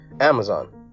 Amazon